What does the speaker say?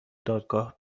دادگاه